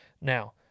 Now